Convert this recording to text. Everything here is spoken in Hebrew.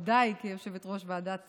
ודאי כיושבת-ראש ועדת